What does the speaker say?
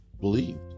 believed